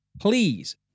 please